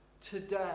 today